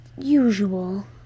usual